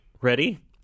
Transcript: Ready